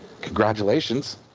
congratulations